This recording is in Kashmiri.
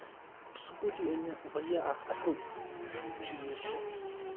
سٕکوٗٹی أنۍ مےٚ واریاہ اَکھ اَصٕل چیٖز چھِ